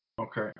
Okay